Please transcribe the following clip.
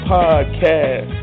Podcast